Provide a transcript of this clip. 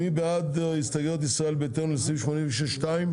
מי בעד הסתייגויות ישראל ביתנו סעיף 86 2?